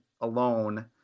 alone